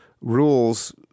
rules